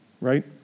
right